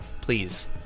please